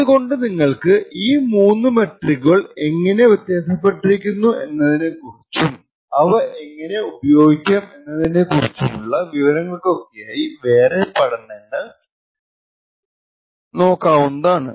അതുകൊണ്ട്നിങ്ങള്ക്ക് ഈ മൂന്ന് മെട്രികുകൾ എങ്ങിനെ വെത്യാസപ്പെട്ടിരിക്കുന്നു എന്നതിനെക്കുറിച്ചും അവ എങ്ങനെ ഉപയോഗിക്കാം എന്നതിനെ ക്കുറിച്ചുള്ള വിവരങ്ങൾക്കൊക്കെയായി വേറെ പഠനങ്ങൾ നോക്കാവുന്നതാണ്